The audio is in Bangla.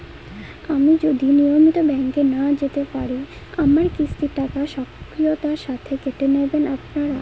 আমি যদি নিয়মিত ব্যংকে না যেতে পারি আমার কিস্তির টাকা স্বকীয়তার সাথে কেটে নেবেন আপনারা?